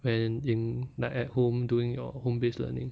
when in like at home doing your home based learning